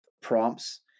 prompts